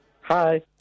Hi